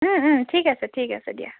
ঠিক আছে ঠিক আছে দিয়া